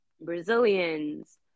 brazilians